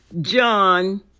John